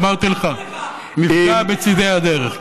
אמרתי לך: מפגע בצידי הדרך.